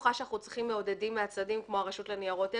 בטוחה שאנחנו צריכים מעודדים מהצדדים כמו הרשות לניירות ערך,